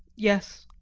yes,